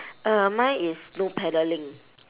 uh mine is no paddling